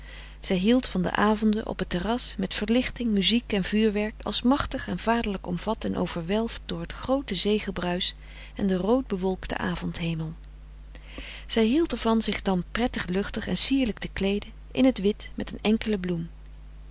zij hield van de avonden op t terras met verlichting muziek en vuurwerk als machtig en vaderlijk omvat en overwelfd door het groote zee gebruisch en den rood bewolkten avond hemel zij hield er van zich dan prettig luchtig en sierlijk te kleeden in t wit met een enkele bloem